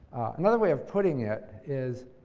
another way of putting it is